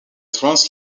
trans